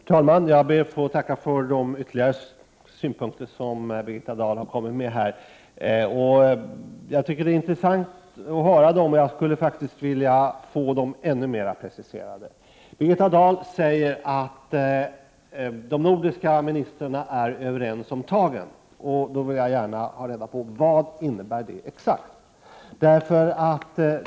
Herr talman! Jag ber att få tacka för Birgitta Dahls ytterligare synpunkter. Jag tycker att det var intressant att höra dem, och jag skulle faktiskt vilja få dem ännu mer preciserade. 41 Birgitta Dahl säger att de nordiska ministrarna är överens om tagen. Jag vill gärna ha reda på vad det innebär exakt.